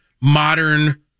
modern